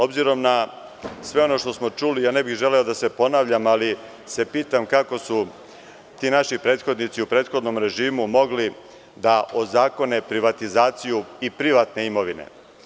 Obzirom na sve ono što smo čuli, ne bih želeo da se ponavljam, ali se pitam kako su ti naši prethodnici u prethodnom režimu mogli da ozakone privatizaciju i privatne imovine.